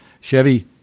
chevy